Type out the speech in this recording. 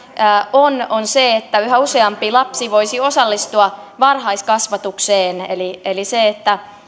on on se että yhä useampi lapsi voisi osallistua varhaiskasvatukseen eli eli se